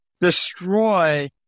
destroy